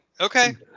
Okay